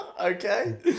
Okay